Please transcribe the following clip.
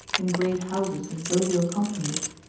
in great houses and jovial companies,